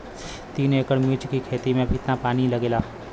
तीन एकड़ मिर्च की खेती में कितना पानी लागेला?